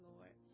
Lord